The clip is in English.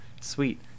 sweet